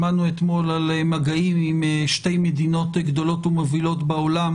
שמענו אתמול על מגעים עם שתי מדינות גדולות ומובילות בעולם